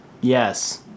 Yes